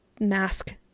mask